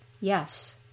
Yes